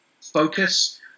focus